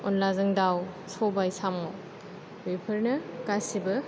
अनलाजों दाव सबाय साम' बेफोरनो गासैबो